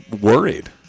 worried